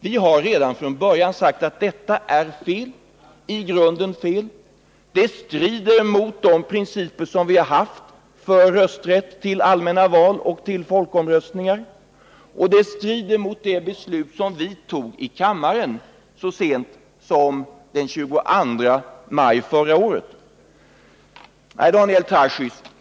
Vi har redan från början sagt att detta är i grunden fel, att det strider mot de principer som vi har haft för rösträtt i allmänna val och i folkomröstningar. Det strider också mot det beslut vi fattade i kammaren så sent som den 22 maj förra året. Herr Daniel Tarschys!